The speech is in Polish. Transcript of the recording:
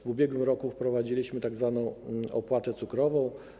W ubiegłym roku wprowadziliśmy także tzw. opłatę cukrową.